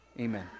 Amen